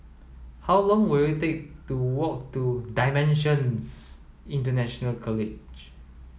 how long will it take to walk to DIMENSIONS International College